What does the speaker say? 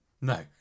No